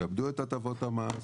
יאבדו את הטבות המס,